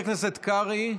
חבר הכנסת קרעי,